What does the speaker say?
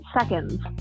seconds